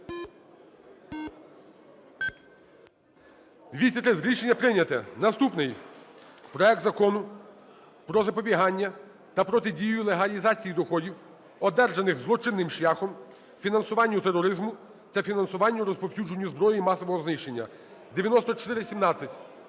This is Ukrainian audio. За-230 Рішення прийнято. Наступний. Проект Закону про запобігання та протидію легалізації доходів, одержаних злочинним шляхом, фінансуванню тероризму та фінансуванню розповсюдження зброї масового знищення (9417).